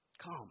Come